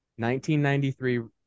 1993